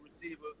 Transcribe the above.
receiver